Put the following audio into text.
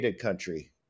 country